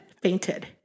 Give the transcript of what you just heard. Fainted